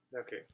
Okay